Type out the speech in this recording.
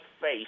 face